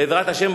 בעזרת השם,